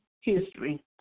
history